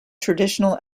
traditional